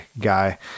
guy